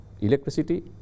Electricity